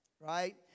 right